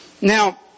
Now